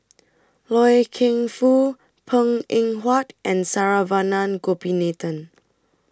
Loy Keng Foo Png Eng Huat and Saravanan Gopinathan